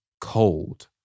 cold